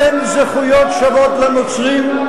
אין זכויות שוות לנוצרים,